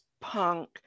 punk